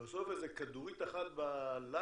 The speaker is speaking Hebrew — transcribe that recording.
בסוף איזה כדורית אחת בלגר,